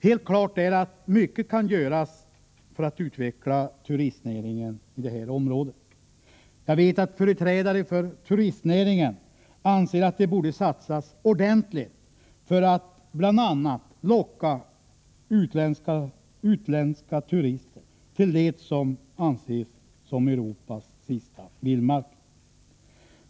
Helt klart är att mycket kan göras för att utveckla turistnäringen här. Jag vet att företrädare för turistnäringen anser att det borde satsas ordentligt för att bl.a. locka utländska turister till det som anses som Europas sista vildmark.